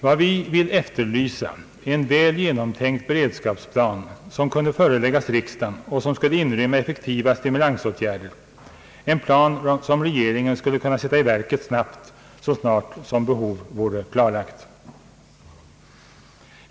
Vad vi vill efterlysa är en väl genomtänkt beredskapsplan som kunde föreläggas riksdagen och som skulle inrymma effektiva stimulansåtgärder, en plan som regeringen skulle kunna sätta i verket snabbt så snart som behovet är klarlagt.